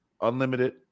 unlimited